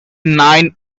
nine